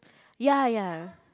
ya ya